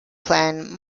plan